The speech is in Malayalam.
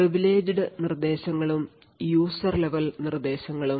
പ്രിവിലേജ്ഡ് നിർദ്ദേശങ്ങളും user level നിർദ്ദേശങ്ങളും